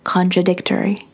Contradictory